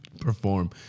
perform